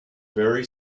very